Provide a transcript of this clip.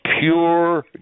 pure